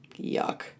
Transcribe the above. Yuck